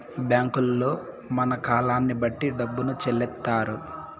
బ్యాంకుల్లో మన కాలాన్ని బట్టి డబ్బును చెల్లిత్తారు